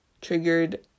triggered